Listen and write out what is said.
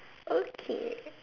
okay